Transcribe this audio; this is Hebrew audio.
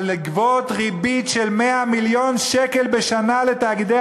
אבל לגבות ריבית של 100 מיליון שקל בשנה לתאגידי